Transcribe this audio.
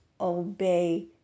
obey